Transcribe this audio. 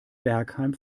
bergheim